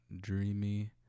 dreamy